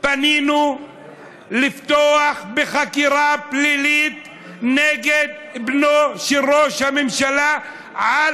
פנינו לפתוח בחקירה פלילית נגד בנו של ראש הממשלה על